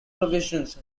provisions